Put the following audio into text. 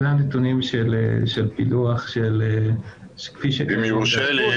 אלה הנתונים של פילוח --- אם יורשה לי,